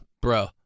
bro